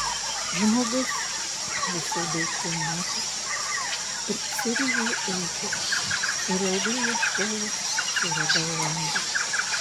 žmogus visų daiktų matas ir pasiryžau eiti ir ilgai ieškojęs suradau angą